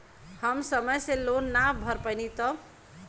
हम समय से लोन ना भर पईनी तब?